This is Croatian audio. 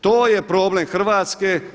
To je problem Hrvatske.